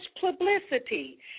publicity